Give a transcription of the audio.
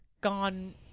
Gone